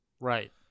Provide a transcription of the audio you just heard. Right